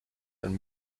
and